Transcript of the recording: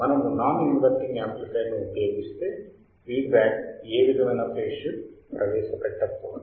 మనము non inverting amplifier ని ఉపయోగిస్తుంటే ఫీడ్ బ్యాక్ ఏ విధమైన ఫేజ్ షిఫ్ట్ ప్రవేశ పెట్ట కూడదు